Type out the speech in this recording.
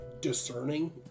discerning